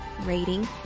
rating